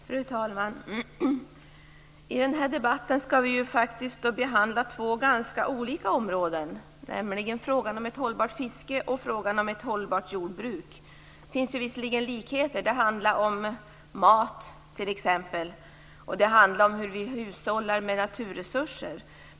Fru talman! I den här debatten skall vi behandla två ganska olika områden, nämligen frågan om ett hållbart fiske och frågan om ett hållbart jordbruk. Det finns visserligen likheter; det handlar t.ex. om mat och om hur vi hushållar med naturresurser.